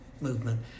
movement